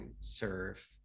serve